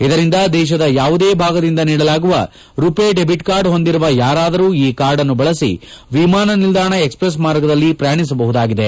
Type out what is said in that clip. ಇದರಿಂದ ದೇಶದ ಯಾವುದೇ ಭಾಗದಿಂದ ನೀಡಲಾಗುವ ರುಪೆ ಡೆಬಿಟ್ಕಾರ್ಡ್ ಹೊಂದಿರುವ ಯಾರಾದರು ಈ ಕಾರ್ಡ್ನ್ನು ಬಳಸಿ ವಿಮಾನ ನಿಲ್ಲಾಣ ಎಕ್ಸ್ಪ್ರೆಸ್ ಮಾರ್ಗದಲ್ಲಿ ಪ್ರಯಾಣಿಸಬಹುದಾಗಿದೆ